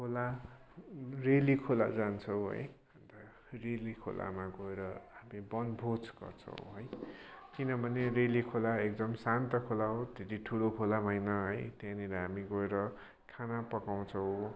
खोला रेली खोला जान्छौँ है अन्त रेली खोलामा गएर हामी वनभोज गर्छौँ है किनभने रेली खोला एकदम शान्त खोला हो त्यति ठुलो खोला पनि होइन है त्यहाँनिर हामी गएर खाना पकाउँछौँ